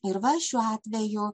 ir va šiuo atveju